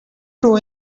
two